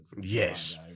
Yes